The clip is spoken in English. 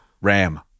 Ram